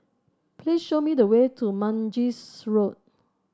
please show me the way to Mangis Road